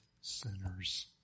sinners